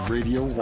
Radio